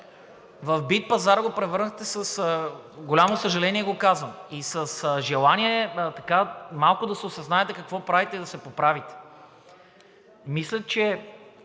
В битпазар го превърнахте, с голямо съжаление го казвам, и с желание малко да се осъзнаете какво правите и да се поправите. Мисля, че